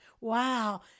wow